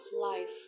life